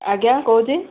ଆଜ୍ଞା କହୁଛି